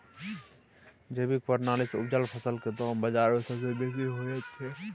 जैविक प्रणाली से उपजल फसल के दाम बाजार में बेसी होयत छै?